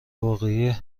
واقعی